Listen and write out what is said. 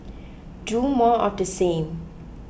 do more of the same